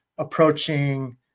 approaching